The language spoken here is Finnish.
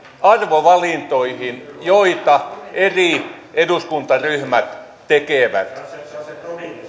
arvovalintoihin joita eri eduskuntaryhmät tekevät